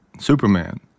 Superman